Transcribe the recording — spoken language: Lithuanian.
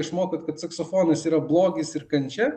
išmokot kad saksofonas yra blogis ir kančia